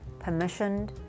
permissioned